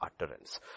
utterance